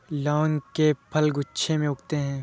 लौंग के फल गुच्छों में उगते हैं